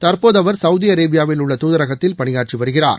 தற்போது அவர் சவுதி அரேபியாவில் உள்ள தூதரகத்தில் பணியாற்றி வருகிறார்